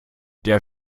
der